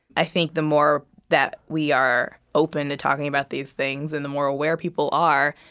i think the more that we are open to talking about these things and the more aware people are,